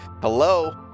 Hello